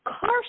car